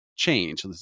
change